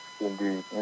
Indeed